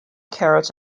carrots